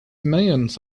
millions